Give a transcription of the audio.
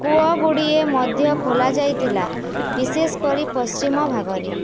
କୂଅଗୁଡ଼ିଏ ମଧ୍ୟ ଖୋଳାଯାଇଥିଲା ବିଶେଷ କରି ପଶ୍ଚିମ ଭାଗରେ